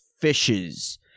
fishes